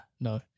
No